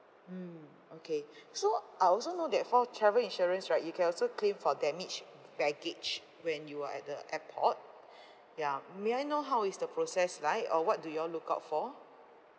mm okay so I also know that for travel insurance right you can also claim for damaged baggage when you were at the airport ya may I know how is the process like or what do you all look out for